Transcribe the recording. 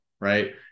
right